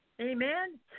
Amen